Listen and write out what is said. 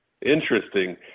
interesting